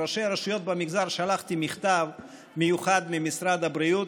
לראשי הרשויות במגזר שלחתי מכתב מיוחד ממשרד הבריאות